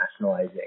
nationalizing